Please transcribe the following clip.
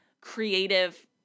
creative